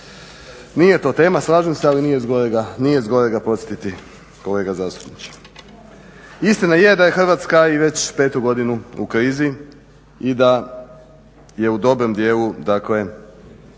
Nije to tema, slažem se, ali nije zgorega podsjetiti kolega zastupniče. Istina je da je Hrvatska već petu godinu u krizi i da je u dobrom dijelu dakle